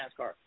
NASCAR